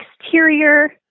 exterior